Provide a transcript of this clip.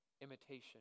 imitation